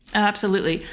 absolutely.